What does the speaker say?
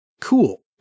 cool